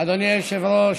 אדוני היושב-ראש,